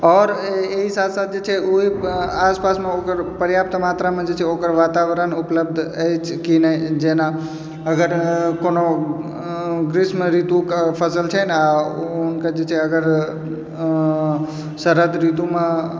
आओर एहिके साथ साथ जे छै ओहि आस पासमे ओकर पर्याप्त मात्रामे जे छै ओकर वातावरण उपलब्ध अछि कि नहि जेना अगर कोनो ग्रीष्म ऋतुके फसल छै ने हुनका जे छै अगर शरद ऋतुमे